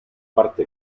parte